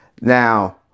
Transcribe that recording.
Now